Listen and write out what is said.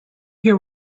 hear